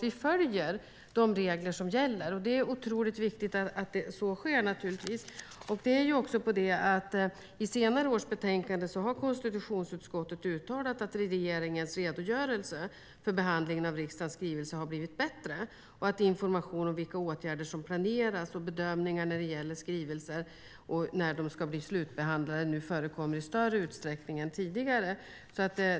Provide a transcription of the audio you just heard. Vi följer de regler som gäller, och det är naturligtvis otroligt viktigt att så sker. I senare års betänkanden har konstitutionsutskottet också uttalat att regeringens redogörelser för behandling av riksdagens skrivelser blivit bättre - information om vilka åtgärder som planeras samt bedömningar när det gäller skrivelser och när de ska bli slutbehandlade förekommer nu i större utsträckning än tidigare.